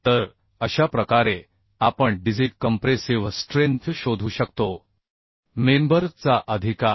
तर अशा प्रकारे आपण डिझाइन कंप्रेसिव्ह स्ट्रेंथ शोधू शकतो मेंबर चा अधिकार